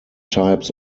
types